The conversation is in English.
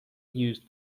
used